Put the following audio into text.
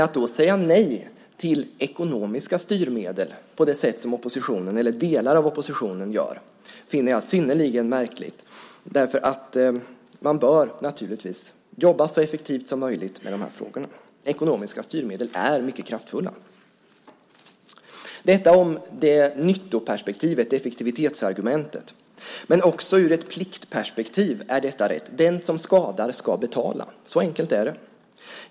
Att då säga nej till ekonomiska styrmedel på det sätt som delar av oppositionen gör finner jag synnerligen märkligt. Man bör naturligtvis jobba så effektivt som möjligt med de här frågorna. Ekonomiska styrmedel är mycket kraftfulla. Detta var nyttoperspektivet och effektivitetsargumentet. Men också ur ett pliktperspektiv är detta rätt. Den som skadar ska betala. Så enkelt är det.